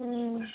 ꯎꯝ